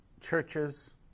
churches